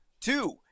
two